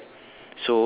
okay alright